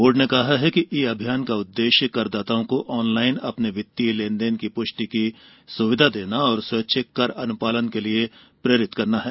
board ने कहा कि ई अभियान का उद्देश्य करदाताओं को ऑनलाइन अपने वित्तीय लेन देन की पुष्टि की सुविधा देना और स्वैच्छिक कर अनुपालन के लिए प्रेरित करना है